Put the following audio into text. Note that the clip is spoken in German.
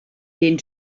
den